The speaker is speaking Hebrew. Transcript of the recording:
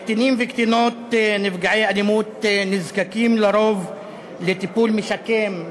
קטינים וקטינות נפגעי אלימות נזקקים לרוב לטיפול משקם,